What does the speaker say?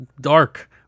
Dark